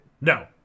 No